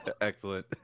Excellent